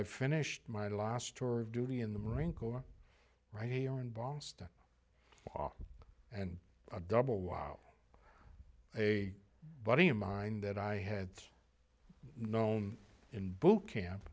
i finished my last tour of duty in the marine corps right here in boston and a double wow a buddy of mine that i had known in boot camp